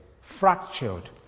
fractured